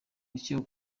rukiko